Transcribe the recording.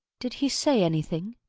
did he say anything?